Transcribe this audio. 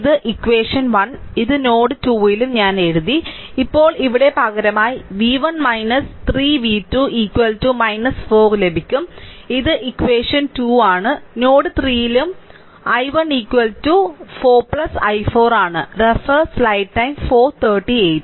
ഇത് ഇക്വഷൻ 1 ഇത് നോഡ് 2 ലും ഞാൻ എഴുതി ഇപ്പോൾ ഇവിടെ പകരമായി v1 3 v2 4 ലഭിക്കും ഇത് ഇക്വഷൻ 2 ആണ് നോഡ് 3 ലും i1 4 i4